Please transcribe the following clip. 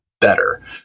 better